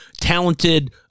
talented